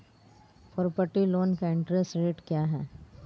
Property loan का interest rate क्या है?